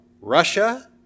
Russia